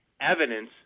Evidence